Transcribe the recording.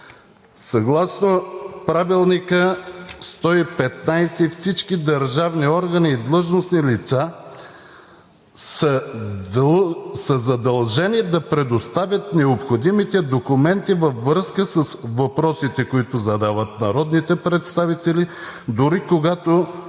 Съгласно Правилника, чл. 115: „всички държавни органи и длъжностни лица са задължени да предоставят необходимите документи във връзка с въпросите, които задават народните представители, дори когато